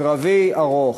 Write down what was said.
קרבי ארוך.